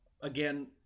Again